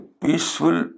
peaceful